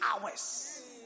hours